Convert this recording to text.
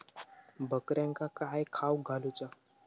बकऱ्यांका काय खावक घालूचा?